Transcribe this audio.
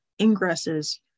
ingresses